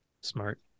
Smart